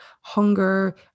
hunger